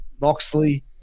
Moxley